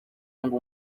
ngo